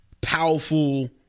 powerful